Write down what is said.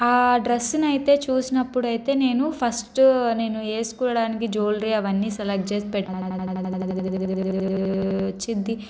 ఆ డ్రెస్ అయితే చూసినప్పుడు అయితే నేను ఫస్ట్ నేను వేసుకోవడానికి జ్యువెలరీ అవన్నీసెలెక్ట్ చేసి పెట్టుకున్నాను వచ్చిద్ది